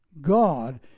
God